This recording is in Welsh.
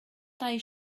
dau